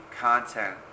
content